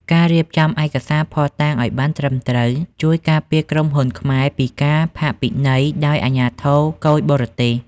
ការរៀបចំឯកសារភស្តុតាងឱ្យបានត្រឹមត្រូវ ជួយការពារក្រុមហ៊ុនខ្មែរពីការផាកពិន័យដោយអាជ្ញាធរគយបរទេស។